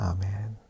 Amen